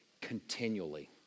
continually